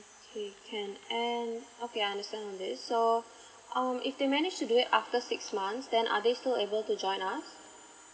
okay can and okay I understand on this so um if they manage to do it after six months then are they still able to join us